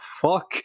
fuck